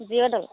Zerodol